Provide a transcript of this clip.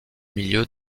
milieu